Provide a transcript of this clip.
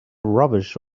rubbish